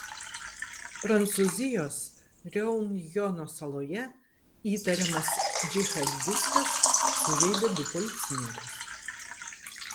prancūzijos reunjono saloje įtariamas džihadistas sužeidė du policininkus